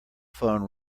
phone